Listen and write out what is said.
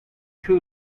too